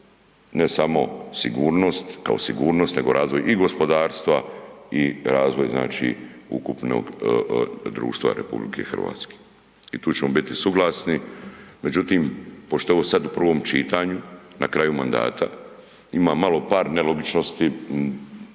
ne samo sigurnost kao sigurnost nego i razvoj gospodarstva i razvoj znači ukupnog društva RH. I tu ćemo biti suglasni, međutim pošto je ovo sad u prvom čitanju na kraju mandata, ima malo par nelogičnosti